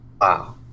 Wow